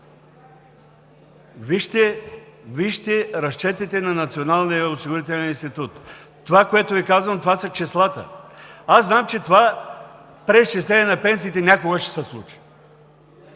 Вижте разчетите на Националния осигурителен институт. Това, което Ви казвам, са числата. Знам, че това преизчисление на пенсиите някога ще се случи.